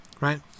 Right